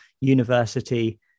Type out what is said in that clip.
university